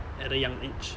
at a young age